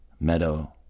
Meadow